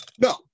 No